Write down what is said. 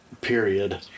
period